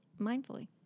mindfully